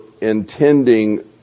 intending